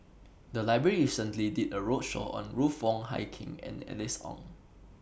The Library recently did A roadshow on Ruth Wong Hie King and Alice Ong